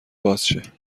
بازشه